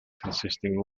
consisting